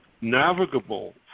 navigable